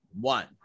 one